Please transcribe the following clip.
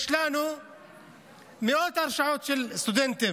יש לנו מאות הרשעות של סטודנטים.